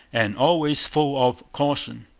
and always full of caution.